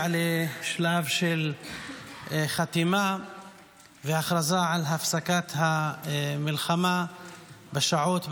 לשלב של חתימה והכרזה על הפסקת המלחמה בשעות,